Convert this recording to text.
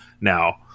now